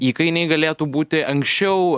įkainiai galėtų būti anksčiau